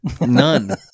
None